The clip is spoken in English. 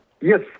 Yes